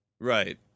Right